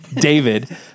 David